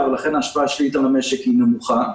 ולכן ההשפעה השלילית על המשק היא נמוכה.